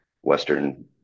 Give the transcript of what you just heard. western